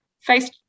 face